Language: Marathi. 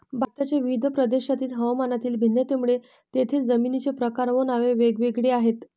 भारताच्या विविध प्रदेशांतील हवामानातील भिन्नतेमुळे तेथील जमिनींचे प्रकार व नावे वेगवेगळी आहेत